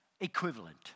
equivalent